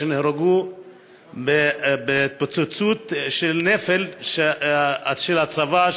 שנהרגו בהתפוצצות של נפל של הצבא,